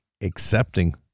accepting